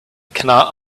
cannot